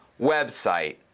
website